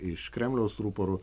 iš kremliaus ruporų